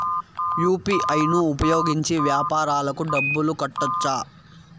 UPI ను ఉపయోగించి వ్యాపారాలకు డబ్బులు కట్టొచ్చా?